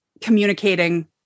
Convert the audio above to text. communicating